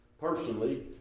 personally